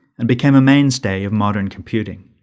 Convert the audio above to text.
and became a mainstay of modern computing.